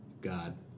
God